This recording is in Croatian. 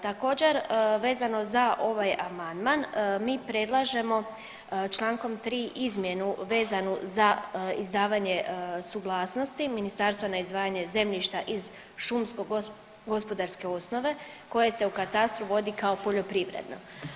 Također vezano za ovaj amandman mi predlažemo čl. 3. izmjenu vezanu za izdavanje suglasnosti ministarstva na izdvajanje zemljišta iz šumsko-gospodarske osnove koje se u katastru vodi kao poljoprivredno.